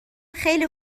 خیلی